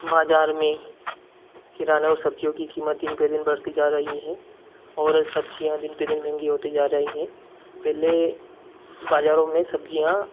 बाज़ार में किराने और सब्ज़ियों की कीमत दिन पर दिन बढ़ती जा रही है और सब्ज़ियाँ दिन पर दिन महंगी होती जा रही है पहले बाज़ारों में सब्ज़ियाँ